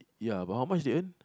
ya but how much they earn